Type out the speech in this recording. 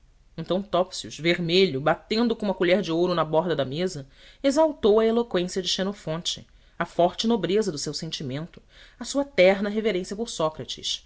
então topsius vermelho batendo com uma colher de ouro na borda da mesa exaltou a eloqüência de xenofonte a forte nobreza do seu sentimento a sua terna reverência por